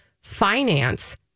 finance